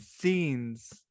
scenes